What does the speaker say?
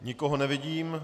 Nikoho nevidím.